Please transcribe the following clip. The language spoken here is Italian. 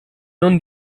non